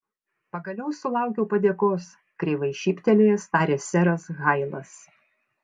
pagaliau sulaukiau padėkos kreivai šyptelėjęs tarė seras hailas